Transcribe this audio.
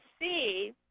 see